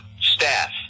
staff